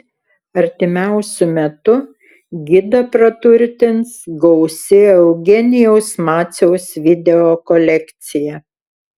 artimiausiu metu gidą praturtins gausi eugenijaus maciaus video kolekcija